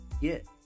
get